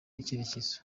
icyerekezo